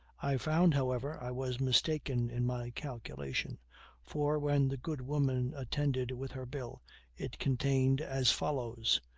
i found, however, i was mistaken in my calculation for when the good woman attended with her bill it contained as follows